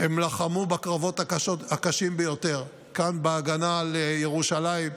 הן לחמו בקרבות הקשים ביותר: כאן בהגנה על ירושלים,